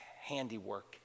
handiwork